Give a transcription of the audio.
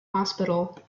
hospital